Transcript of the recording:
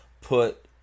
put